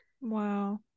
Wow